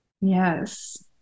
Yes